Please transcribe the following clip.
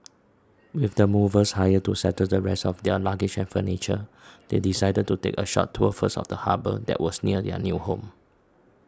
with the movers hired to settle the rest of their luggage and furniture they decided to take a short tour first of the harbour that was near their new home